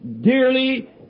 dearly